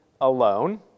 alone